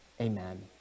Amen